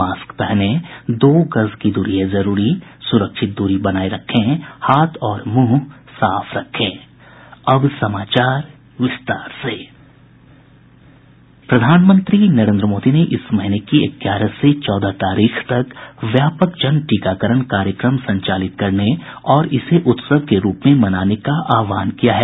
mask पहनें दो गज दूरी है जरूरी सुरक्षित दूरी बनाये रखें हाथ और मुंह साफ रखें प्रधानमंत्री नरेंद्र मोदी ने इस महीने की ग्यारह से चौदह तारीख तक व्यापक जन टीकाकरण कार्यक्रम संचालित करने और इसे उत्सव के रूप में मनाने का आह्वान किया है